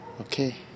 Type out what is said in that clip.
okay